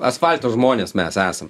asfalto žmonės mes esam